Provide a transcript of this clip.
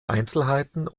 einzelheiten